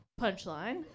punchline